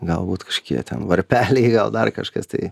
galbūt kažkokie ten varpeliai gal dar kažkas tai